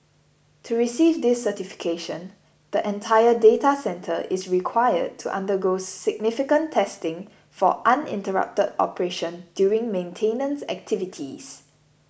to receive this certification the entire data centre is required to undergo significant testing for uninterrupted operation during maintenance activities